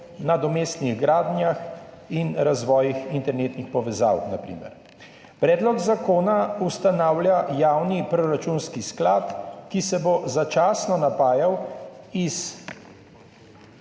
nadomestnih gradnjah in razvojih internetnih povezav, na primer. Predlog zakona ustanavlja javni proračunski sklad, ki se bo začasno napajal iz